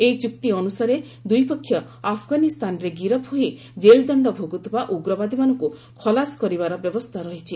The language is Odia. ଏହି ଚୁକ୍ତି ଅନୁସାରେ ଦୂଇ ପକ୍ଷ ଆଫଗାନିସ୍ତାନରେ ଗିରଫ ହୋଇ ଜେଲ୍ଦଣ୍ଡ ଭୋଗୁଥିବା ଉଗ୍ରବାଦୀମାନଙ୍କୁ ଖଲାସ କରିବାର ବ୍ୟବସ୍ଥା ରହିଛି